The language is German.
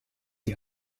die